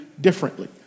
differently